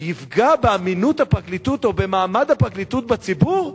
תפגע באמינות הפרקליטות או במעמד הפרקליטות בציבור?